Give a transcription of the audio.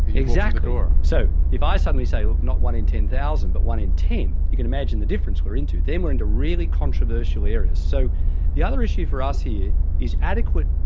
exactly. so if i suddenly say not one in ten thousand but one in ten, you can imagine the difference we are into, then we are into really controversial areas. so the other issue for us here is adequate,